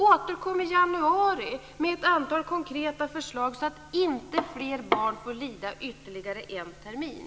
Återkom i januari med ett antal konkreta förslag, så att inte fler barn får lida ytterligare en termin!